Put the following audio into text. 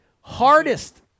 hardest